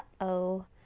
uh-oh